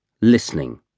listening